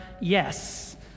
yes